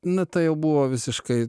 na tai jau buvo visiškai